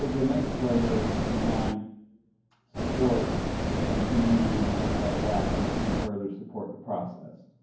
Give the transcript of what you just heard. the next layer is to design support and community and things like that to even further support the process.